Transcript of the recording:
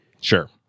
Sure